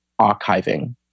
archiving